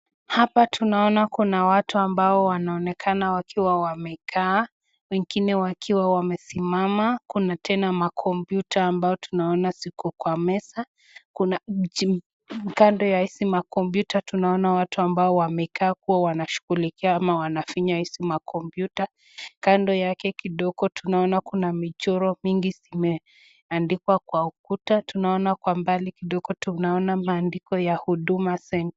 Hapa tunaona kuna watu ambao wanaonekana wakiwa wamekaa wengine wakiwa wamesimama. Kuna tena makompyuta ambayo tunaona ziko kwa meza kando ya hizi makomyuta tunaona watu ambao wamekaa kuwa wanashughulikia ama wanafinya hizi makompyuta. Kando yake kidogo tunaona kuna michoro mingi zimeandikwa kwa ukuta tunaona kwa mbali kidogo maandiko ya huduma center.